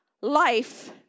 life